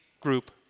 group